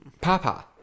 Papa